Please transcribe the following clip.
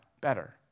better